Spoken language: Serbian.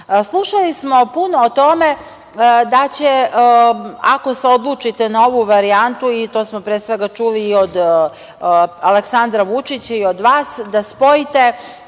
mesta. Slušali smo puno o tome da će ako se odlučite na ovu varijantu, i to smo pre svega čuli i od Aleksandra Vučića i od vas, da spojite